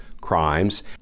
crimes